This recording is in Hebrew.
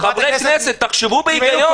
חברי הכנסת, תחשבו בהיגיון.